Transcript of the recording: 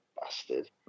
bastard